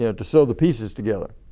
you know to sew the pieces together.